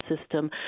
system